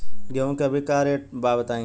गेहूं के अभी का रेट बा बताई?